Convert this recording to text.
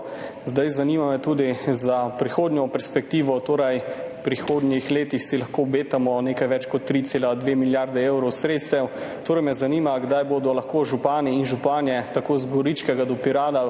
Zanima me tudi za prihodnjo perspektivo. V prihodnjih letih si lahko obetamo nekaj več kot 3,2 milijarde evrov sredstev. Zanima me: Kdaj bodo lahko župani in županje od Goričkega do Pirana